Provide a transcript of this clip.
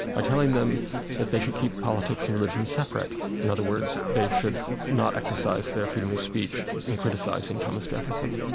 by telling them that they should keep politics and religion separate. in other words, they should not exercise their freedom of speech in criticizing thomas jefferson.